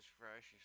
fresh